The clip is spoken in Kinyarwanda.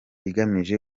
igamije